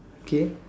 okay